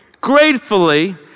gratefully